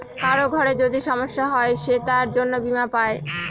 কারোর ঘরে যদি সমস্যা হয় সে তার জন্য বীমা পাই